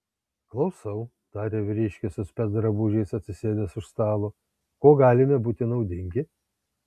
klausau tarė vyriškis su specdrabužiais atsisėdęs už stalo kuo galime būti naudingi